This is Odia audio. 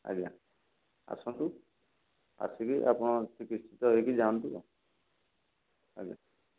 ଆଜ୍ଞା ଆସନ୍ତୁ ଆସିକି ଆପଣ ଚିକିତ୍ସିତ ହେଇକି ଯାଆନ୍ତୁ ଆଉ ଆଜ୍ଞା